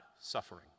suffering